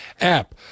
app